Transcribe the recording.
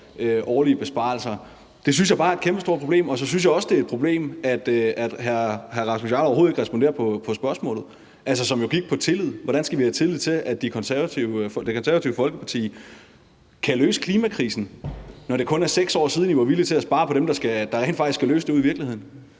Det synes jeg bare er et kæmpestort problem, og så synes jeg også, det er et problem, at hr. Rasmus Jarlov overhovedet ikke responderer på spørgsmålet, som jo gik på tillid. Hvordan skal vi have tillid til, at Det Konservative Folkeparti kan løse klimakrisen, når det kun er 6 år siden, I var villige til at spare på dem, der rent faktisk skal løse det ude i virkeligheden?